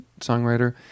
songwriter